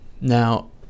Now